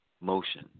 motion